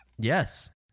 Yes